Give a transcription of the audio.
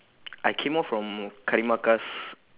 I came off from karimaka's